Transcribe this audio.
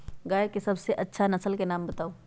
गाय के सबसे अच्छा नसल के नाम बताऊ?